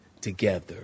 together